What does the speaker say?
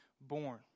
born